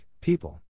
people